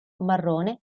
marrone